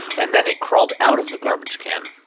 and then it crawled out of the garbage can.